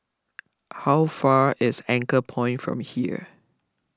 how far is Anchorpoint from here